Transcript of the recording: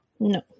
No